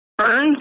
Burns